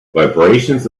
vibrations